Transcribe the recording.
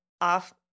off